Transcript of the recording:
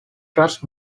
trust